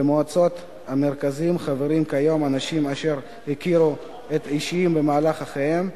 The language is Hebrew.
במועצות המרכזים חברים כיום אנשים אשר הכירו את האישים במהלך חייהם,